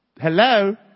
Hello